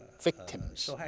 victims